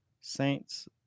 Saints